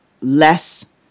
less